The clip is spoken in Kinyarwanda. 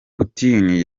putin